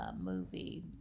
movie